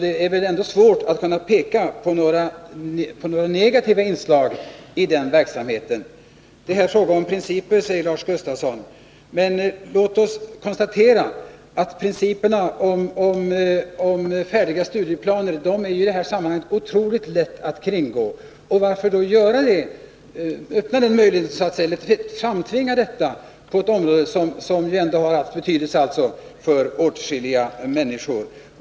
Det är väl svårt att peka på några negativa inslag i den verksamheten. Det är här fråga om principer, säger Lars Gustafsson. Men låt oss konstatera att principerna om färdiga studieplaner i detta sammanhang är otroligt lätta att kringgå. Varför då öppna den möjligheten och framtvinga detta på ett område som ändå har haft betydelse för åtskilliga människor.